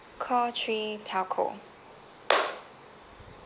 call three telco